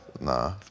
Nah